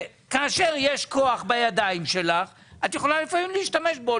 שכאשר יש כוח בידיים שלך את יכולה לפעמים להשתמש בו